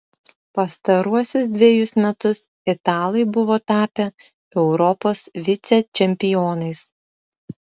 pastaruosius dvejus metus italai buvo tapę europos vicečempionais